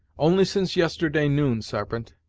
only since yesterday noon, sarpent,